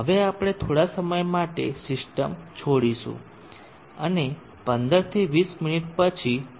હવે આપણે થોડા સમય માટે સિસ્ટમ છોડીશું અને 15 20 મિનિટ પછી માપ લઈશું